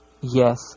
Yes